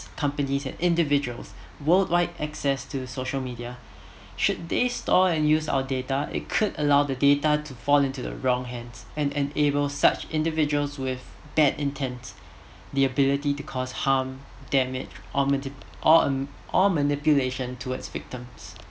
companies and individuals world wide access to social media should they store and use our data it could allow the data to fall into the wrong hands and enable such individual with bad intent the ability to cause harm damage or me~ or me~ or manipulation towards victims